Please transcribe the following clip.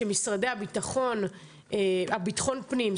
שמשרדי ביטחון פנים,